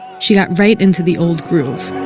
she got right into the old groove